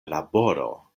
laboro